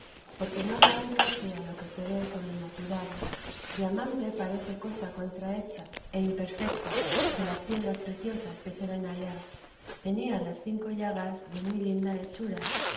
porque no la hay casi a lo que se ve sobrenatural diamante parece cosa contrahecha e imperfeta de las piedras preciosas que se ven allá tenían las cinco llagas de muy linda hechura